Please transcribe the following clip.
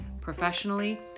professionally